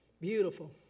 Beautiful